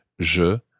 je